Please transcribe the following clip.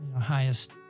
highest